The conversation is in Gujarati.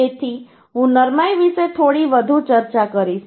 તેથી હું નરમાઈ વિશે થોડી વધુ ચર્ચા કરીશ